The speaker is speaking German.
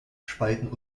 spalten